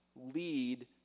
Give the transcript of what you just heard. lead